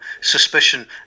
suspicion